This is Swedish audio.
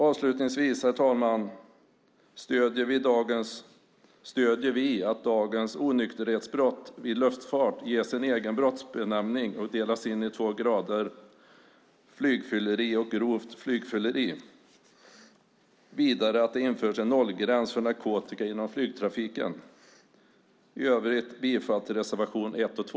Avslutningsvis vill jag säga att vi stöder att dagens onykterhetsbrott vid luftfart ges en egen brottsbenämning och delas in i två grader: flygfylleri och grovt flygfylleri. Vidare stöder vi att det införs en nollgräns för narkotika inom flygtrafiken. I övrigt yrkar jag bifall till reservationerna 1 och 2.